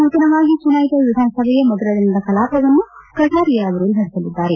ನೂತನವಾಗಿ ಚುನಾಯಿತ ವಿಧಾನಸಭೆಯ ಮೊದಲ ದಿನದ ಕಲಾಪವನ್ನು ಕಟಾರಿಯಾ ಅವರು ನಡೆಸಲಿದ್ದಾರೆ